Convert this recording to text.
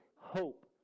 hope